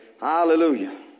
Hallelujah